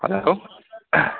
hello